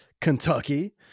Kentucky